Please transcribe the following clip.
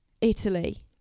Italy